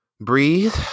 Breathe